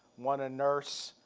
one a nurse,